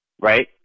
right